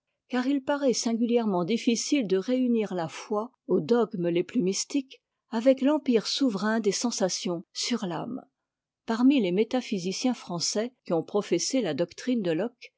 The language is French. car il paraît singulièrement difficile de réunir la foi aux dogmes les plus mystiques avec l'empire souverain des sensations sur t'ame parmi les métaphysiciens français qui ont professé la doctrine de locke